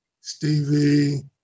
Stevie